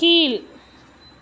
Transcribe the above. கீழ்